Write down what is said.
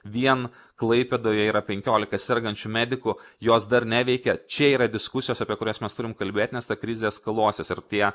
vien klaipėdoje yra penkiolika sergančių medikų jos dar neveikia čia yra diskusijos apie kurias mes turim kalbėt nes te krizė eskaluosis ir tie